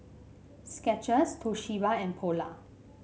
Skechers Toshiba and Polar